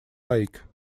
lake